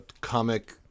comic